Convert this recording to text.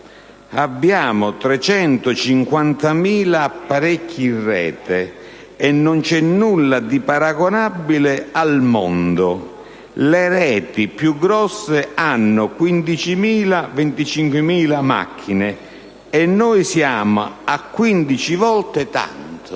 «Abbiamo 350.000 apparecchi in rete e non c'è nulla di paragonabile al mondo. Le reti più grosse hanno 15.000-25.000 macchine e noi siamo a 15 volte tanto».